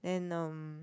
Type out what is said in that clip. then um